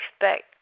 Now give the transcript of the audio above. expect